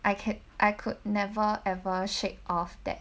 I can I could never ever shake off that